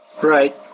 Right